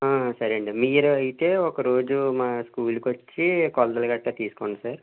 సరే అండి మీరు అయితే ఒకరోజు మా స్కూలుకి వచ్చి కొలతలు గట్రా తీసుకోండి సార్